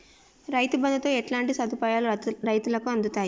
రైతు బంధుతో ఎట్లాంటి సదుపాయాలు రైతులకి అందుతయి?